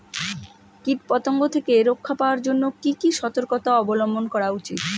কীটপতঙ্গ থেকে রক্ষা পাওয়ার জন্য কি কি সর্তকতা অবলম্বন করা উচিৎ?